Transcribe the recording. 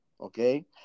Okay